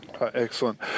Excellent